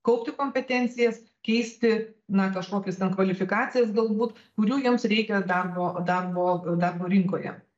kaupti kompetencijas keisti na kažkokias ten kvalifikacijas galbūt kurių jiems reikia darbo darbo darbo rinkoje